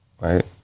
Right